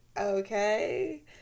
okay